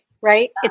Right